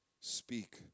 Speak